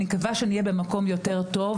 אני מקווה שנהיה במקום יותר טוב,